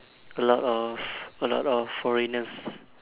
a lot of a lot of foreigners